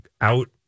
out